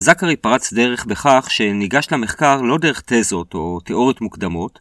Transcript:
זקרי פרץ דרך בכך שניגש למחקר לא דרך תזות או תיאוריות מוקדמות